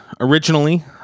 originally